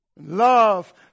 Love